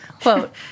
Quote